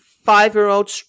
Five-year-old